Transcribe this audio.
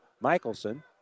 Michelson